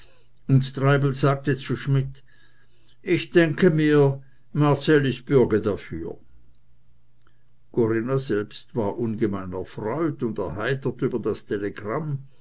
und treibel sagte zu schmidt ich denke mir marcell ist bürge dafür corinna selbst war ungemein erfreut und erheitert über das telegramm